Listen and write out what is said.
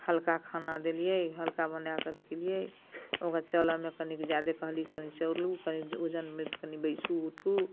हल्का खाना देलियै हल्का बनाए कऽ अथी केलियै ओकरा चलयमे कनिक ज्यादे कहलियै चलू कनी ओजनमे बैसू उठू